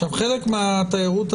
חלק מהתיירות הנכנסת,